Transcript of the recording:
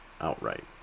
outright